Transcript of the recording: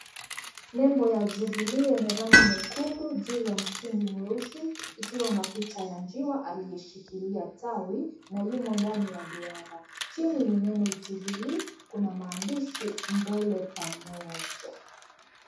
Nembo ya Jubilee yenye rangi nyekundu juu ya msingi mweusi ikiwa na picha ya njiwa aliyeshikilia tawi na yumo ndani ya duara. Chini ni neno Jubilee. Kuna maandishi, mbele pamoja.